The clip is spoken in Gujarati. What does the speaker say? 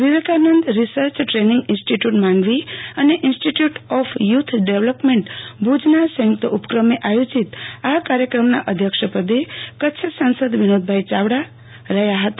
Vivekananda research training institute Mandvi અને ઈન્સ્ટીટયુટ ઓફ યુથ ડેવલોપમેન્ટ ભુજના સયુંકત ઉપક્રમે આયોજીત આ કાર્યક્રમના અધ્યક્ષ પદે કચ્છ સાંસદ વિનોદભાઈ ચાવડા રહયા હતા